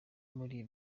muri